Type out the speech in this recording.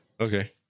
Okay